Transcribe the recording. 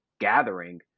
gathering